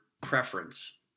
preference